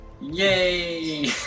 Yay